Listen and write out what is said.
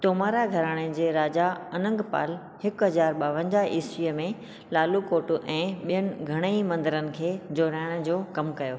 तोमारा घराणे जे राजा अनंगपाल हिकु हज़ार ॿावंजाह ईस्वीअ में लालकोट ऐं ॿियनि घणईं मंदरनि खे जोड़ाइणु जो कमु कयो